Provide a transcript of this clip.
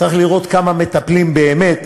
צריך לראות כמה מטפלים באמת,